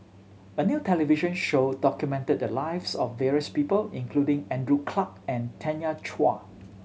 a new television show documented the lives of various people including Andrew Clarke and Tanya Chua